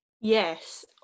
Yes